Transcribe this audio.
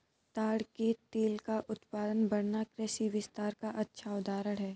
ताड़ के तेल का उत्पादन बढ़ना कृषि विस्तार का अच्छा उदाहरण है